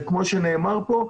וכמו שנאמר פה,